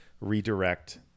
redirect